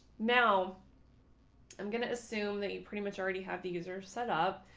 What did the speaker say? now i'm going to assume that you pretty much already have the user set up.